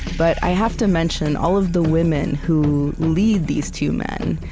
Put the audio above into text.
but i have to mention all of the women who lead these two men.